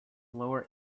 lower